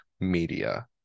media